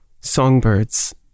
songbirds